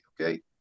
okay